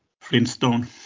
Flintstone